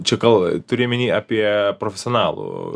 čia gal turi omeny apie profesionalų